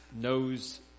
knows